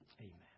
Amen